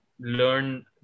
learn